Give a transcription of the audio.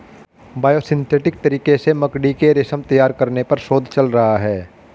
biosynthetic तरीके से मकड़ी के रेशम तैयार करने पर शोध चल रहा है